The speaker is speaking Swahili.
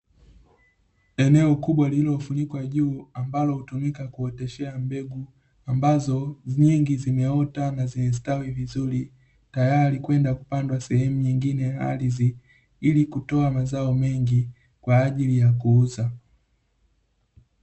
Eneo kubwa lililofunikwa juu ambalo hutumika kuoteshea mbegu, ambazo nyingi zimeota na zimestawi vizuri tayari kwenda kupandwa sehemu nyingine ya ardhi; ili kutoa mazao mengi kwa ajili ya kuuza.